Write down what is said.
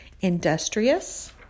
Industrious